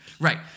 right